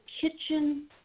kitchen